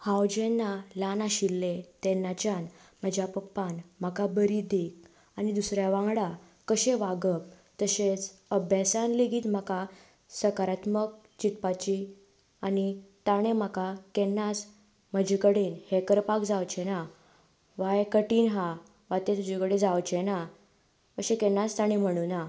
हांव जेन्ना ल्हान आशिल्लें तेन्नाच्यान म्हज्या पप्पान म्हाका बरी देख आनी दुसऱ्यां वांगडा कशें वागप तशेंच अभ्यासांत लेगीत म्हाका सकारात्मक चिंतपाची आनी ताणें म्हाका केन्नाच म्हजे कडेन हें करपाक जावचें ना वा हें कठीण आसा वा तें तुजे कडेन जावचें ना अशें केन्नाच ताणी म्हणूंकना